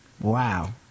wow